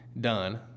done